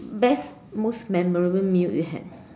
best most memorable meal we had